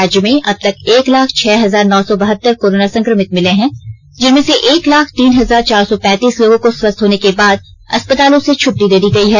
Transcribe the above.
राज्य में अब तक एक लाख छह हजार नौ सौ बहत्तर कोरोना संक्रमित मिले हैं जिनमें से एक लाख तीन हजार चार सौ पैंतीस लोगों को स्वस्थ होने के बाद अस्पतालों से छुट्टी दे दी गई है